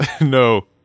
no